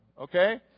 Okay